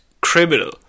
criminal